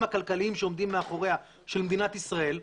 הכלכליים שעומדים מאחוריה של מדינת ישראל,